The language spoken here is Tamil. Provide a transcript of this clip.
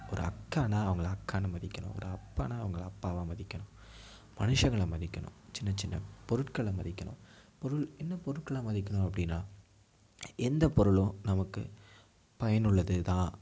ஒரு அக்கானால் அவங்களை அக்கானு மதிக்கணும் ஒரு அப்பானால் அவங்களை அப்பாவாக மதிக்கணும் மனுஷங்களை மதிக்கணும் சின்ன சின்ன பொருட்களை மதிக்கணும் பொருள் என்ன பொருட்களாக மதிக்கணும் அப்படினா எந்த பொருளும் நமக்கு பயனுள்ளது தான்